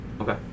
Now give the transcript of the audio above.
Okay